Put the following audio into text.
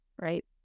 right